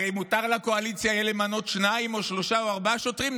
הרי יהיה מותר לקואליציה למנות שניים או שלושה או ארבעה שופטים,